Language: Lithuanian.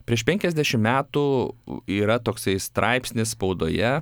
prieš penkiasdešim metų yra toksai straipsnis spaudoje